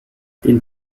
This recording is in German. den